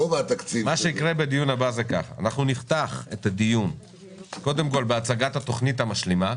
את הדיון הבא נפתח בהצגת התוכנית המשלימה.